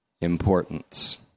importance